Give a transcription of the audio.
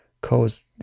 cause